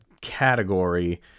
category